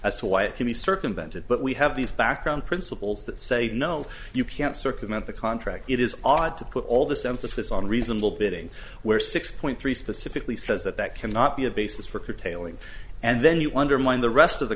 as to why it can be circumvented but we have these background principles that say no you can't circumvent the contract it is odd to put all this emphasis on reasonable bidding where six point three specifically says that that cannot be a basis for curtailing and then you undermine the rest of the